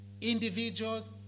individuals